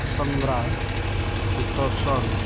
Cassandra Pietersen